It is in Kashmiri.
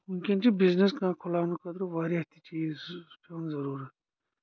وٕنٛۍکیٚن چھُ بزنس کانٛہہ کھُلاوٕنہٕ خٲطرٕ واریاہ تہِ چیٖز پیٚوان ضروٗرَت